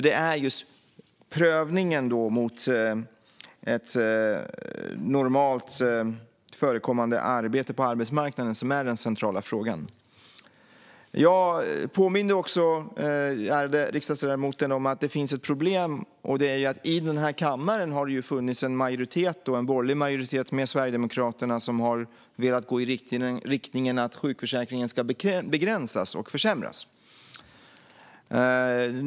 Det är just prövningen mot ett normalt förekommande arbete på arbetsmarknaden som är den centrala frågan. Jag påminde också den ärade riksdagsledamoten om att det finns ett problem, nämligen att det i denna kammare har funnits en borgerlig majoritet med Sverigedemokraterna som har velat gå i riktningen att sjukförsäkringen ska begränsas och försämras.